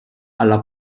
alla